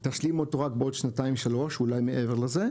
תשלים אותו רק בעוד שנתיים-שלוש, אולי מעבר לזה,